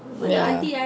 ya